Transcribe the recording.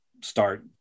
start